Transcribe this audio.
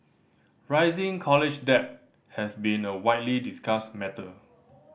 rising college debt has been a widely discussed matter